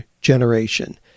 generation